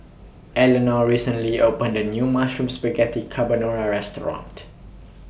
Elinor recently opened A New Mushroom Spaghetti Carbonara Restaurant